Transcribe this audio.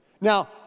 Now